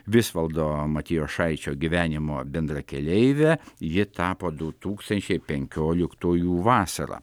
visvaldo matijošaičio gyvenimo bendrakeleivė ji tapo du tūkstančiai penkioliktųjų vasarą